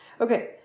Okay